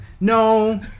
No